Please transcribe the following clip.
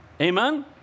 Amen